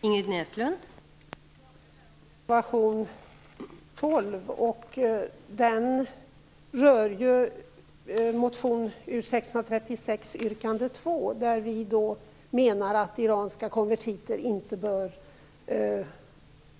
Fru talman! Vi talar här om reservation nr 12, som berör motion U636 yrkande 2, där vi menar att iranska konvertiter inte bör